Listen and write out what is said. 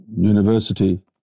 university